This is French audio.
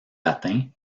atteint